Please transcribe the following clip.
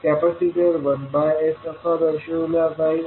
capacitor 1s असा दर्शवला जाईल